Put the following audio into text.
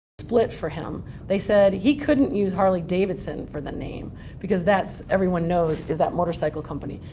split for him. they said he couldn't use harley-davidson for the name because that's everyone knows is that motorcycle company.